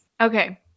okay